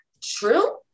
true